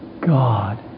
God